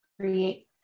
create